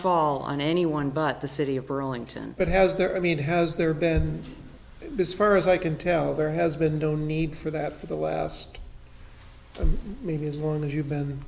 fall on anyone but the city of burlington but has there i mean has there been this far as i can tell there has been no need for that for the last maybe as long as you've been